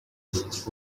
each